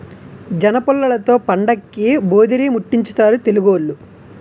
జనపుల్లలతో పండక్కి భోధీరిముట్టించుతారు తెలుగోళ్లు